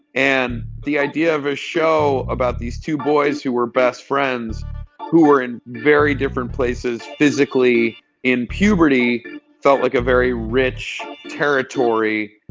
and the idea of a show about these two boys who were best friends who were in very different places physically in puberty felt like a very rich territory.